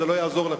זה לא יעזור לך.